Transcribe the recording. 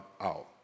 out